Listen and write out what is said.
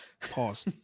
Pause